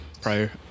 prior